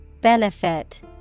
Benefit